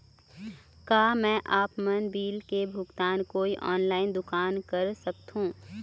का मैं आपमन बिल के भुगतान कोई ऑनलाइन दुकान कर सकथों?